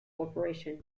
corporation